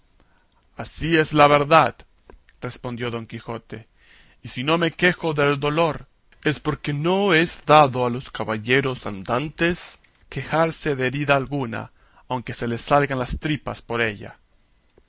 así es la verdad respondió don quijote y si no me quejo del dolor es porque no es dado a los caballeros andantes quejarse de herida alguna aunque se le salgan las tripas por ella